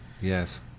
Yes